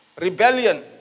Rebellion